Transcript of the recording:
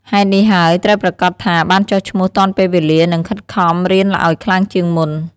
ហេតុនេះហើយ ត្រូវប្រាកដថាបានចុះឈ្មោះទាន់ពេលវេលា និង ខិតខំរៀនឲ្យខ្លាំងជាងមុន។